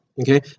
okay